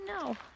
no